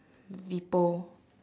people